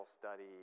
study